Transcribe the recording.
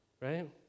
right